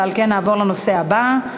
ועל כן נעבור לנושא הבא.